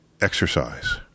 exercise